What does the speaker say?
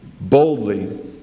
boldly